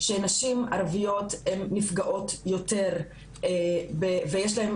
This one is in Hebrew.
שנשים ערביות נפגעות יותר ויש להן